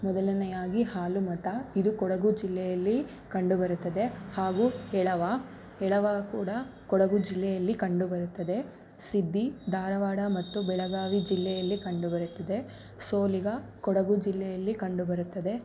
ಮೊದಲನೆಯದಾಗಿ ಹಾಲುಮತ ಇದು ಕೊಡಗು ಜಿಲ್ಲೆಯಲ್ಲಿ ಕಂಡುಬರುತ್ತದೆ ಹಾಗೂ ಹೆಳವ ಹೆಳವ ಕೂಡ ಕೊಡಗು ಜಿಲ್ಲೆಯಲ್ಲಿ ಕಂಡುಬರುತ್ತದೆ ಸಿದ್ಧಿ ಧಾರವಾಡ ಮತ್ತು ಬೆಳಗಾವಿ ಜಿಲ್ಲೆಯಲ್ಲಿ ಕಂಡುಬರುತ್ತದೆ ಸೋಲಿಗ ಕೊಡಗು ಜಿಲ್ಲೆಯಲ್ಲಿ ಕಂಡುಬರುತ್ತದೆ